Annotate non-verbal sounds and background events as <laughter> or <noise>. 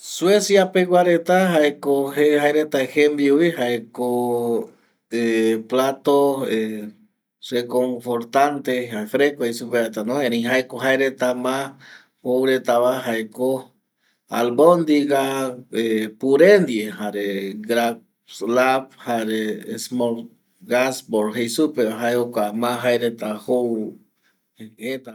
Suecia pegua reta jaeko jaereta jembiu jaeko plato <hesitation> reconfortante fresco jei supeva retano erei jaeko jaereta ma jouretava jaeko albondiga <hesitation> pure ndie slav jare smock gasport jei supeva jae jokua ma jaereta jou jëtape